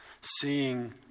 Seeing